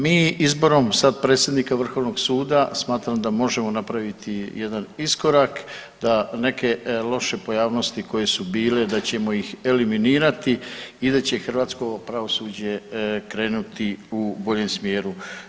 Mi izborom sad predsjednika Vrhovnog suda smatram da možemo napraviti jedan iskorak da neke loše pojavnosti koje su bile da ćemo ih eliminirati i daće hrvatsko pravosuđe krenuti u boljem smjeru.